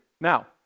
Now